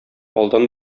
алдан